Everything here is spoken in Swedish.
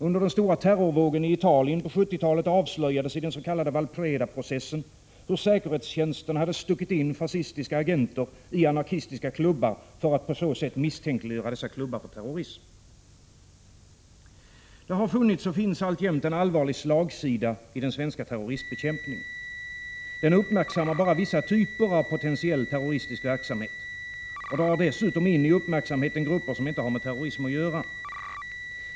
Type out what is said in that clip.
Under den stora terrorvågen i Italien på 1970-talet avslöjades i den s.k. Valpredaprocessen, hur säkerhetstjänsten hade stuckit in fascistiska agenter i anarkistiska klubbar för att på så sätt misstänkliggöra dessa klubbar för terrorism. Det har funnits och finns alltjämt en allvarlig slagsida i den svenska terroristbekämpningen. Den uppmärksammar bara vissa typer av potentiell terroristisk verksamhet och drar dessutom in i uppmärksamheten grupper som inte har med terrorism att göra.